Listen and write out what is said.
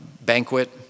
banquet